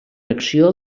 acció